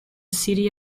city